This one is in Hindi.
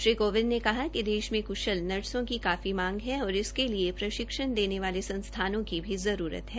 श्रीकोविंद ने कहा है कि देश में कुशल नर्सो की काफी मांग है और इसके लिए प्रशिक्षण देने वाले संस्थानों की भी जरूरत है